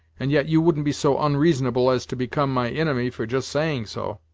and yet you wouldn't be so onreasonable as to become my inimy for just saying so.